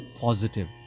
positive